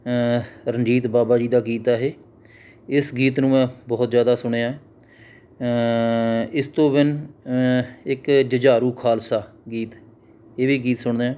ਰਣਜੀਤ ਬਾਵਾ ਜੀ ਦਾ ਗੀਤ ਆ ਇਹ ਇਸ ਗੀਤ ਨੂੰ ਮੈਂ ਬਹੁਤ ਜ਼ਿਆਦਾ ਸੁਣਿਆ ਇਸ ਤੋਂ ਬਿਨ ਇੱਕ ਜੁਝਾਰੂ ਖਾਲਸਾ ਗੀਤ ਇਹ ਵੀ ਗੀਤ ਸੁਣਦਾ